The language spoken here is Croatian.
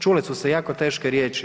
Čule su se jako teške riječi.